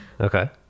Okay